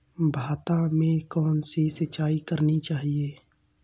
भाता में कौन सी सिंचाई करनी चाहिये?